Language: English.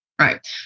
Right